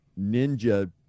ninja